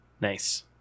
nice